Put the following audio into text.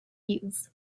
use